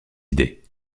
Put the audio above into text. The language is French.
idées